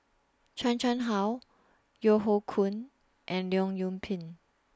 Chan Chang How Yeo Hoe Koon and Leong Yoon Pin